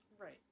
Right